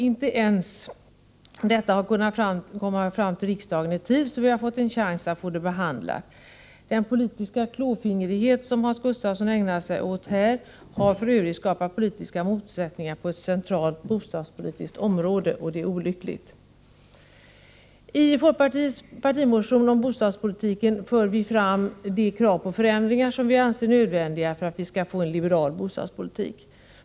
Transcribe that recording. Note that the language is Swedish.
Inte ens detta har kunnat komma fram till riksdagen i tid så att vi har fått en chans att behandla det. Den politiska klåfingrighet som Hans Gustafsson här ägnar sig åt har skapat politiska motsättningar på ett centralt bostadspolitiskt område, och det är olyckligt. I folkpartiets partimotion om bostadspolitiken för vi fram de krav på förändringar som vi anser nödvändiga för att vi skall få en liberal bostadspolitik.